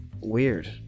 weird